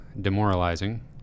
demoralizing